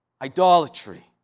Idolatry